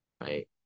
right